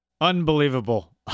Unbelievable